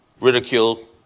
ridicule